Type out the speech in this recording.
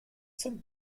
zum